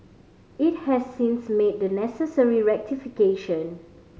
it has since made the necessary rectification